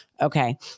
Okay